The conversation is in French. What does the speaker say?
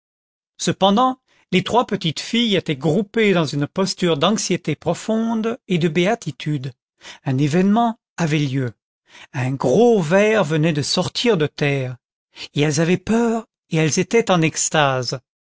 cependant les trois petites filles étaient groupées dans une posture d'anxiété profonde et de béatitude un événement avait lieu un gros ver venait de sortir de terre et elles avaient peur et elles étaient en extase